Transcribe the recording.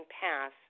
pass